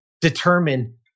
determine